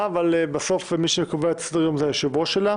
אבל בסוף מי שקובע את סדר היום זה סדר היום שלה.